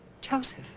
Joseph